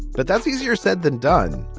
but that's easier said than done.